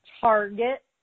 target